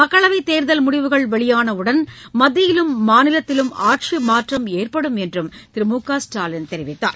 மக்களவைத் தேர்தல் முடிவுகள் வெளியானவுடன் மத்தியிலும் மாநிலத்திலும் ஆட்சி மாற்றம் ஏற்படும் என்றும் திரு மு க ஸ்டாலின் தெரிவித்தார்